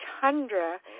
Tundra